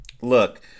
Look